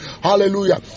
Hallelujah